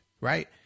right